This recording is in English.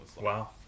Wow